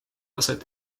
aset